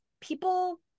people-